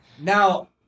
Now